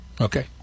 Okay